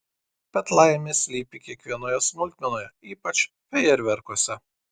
bet laimė slypi kiekvienoje smulkmenoje ypač fejerverkuose